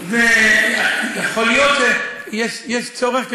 יכול להיות שיש צורך,